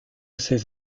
ces